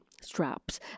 straps